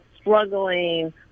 struggling